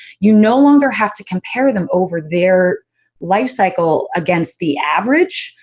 you no longer have to compare them over their lifecycle against the average,